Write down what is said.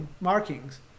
markings